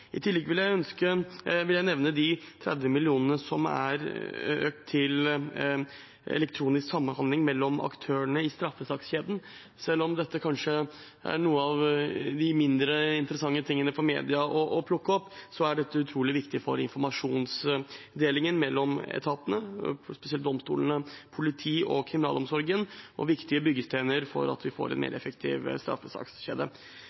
I tillegg vil jeg nevne 30 mill. kr til elektronisk samhandling mellom aktørene i straffesakskjeden. Selv om dette kanskje er blant det mindre interessante å plukke opp for media, er det utrolig viktig for informasjonsdelingen mellom etatene, spesielt domstolene, politiet og kriminalomsorgen, og en viktig byggestein for å få en